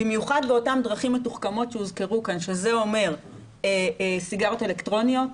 במיוחד באותן דרכים מתוחכמות שהוזכרו כאן שזה אומר סיגריות אלקטרוניות,